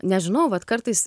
nežinau vat kartais